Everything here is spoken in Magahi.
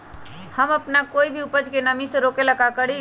हम अपना कोई भी उपज के नमी से रोके के ले का करी?